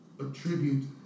attribute